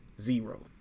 zero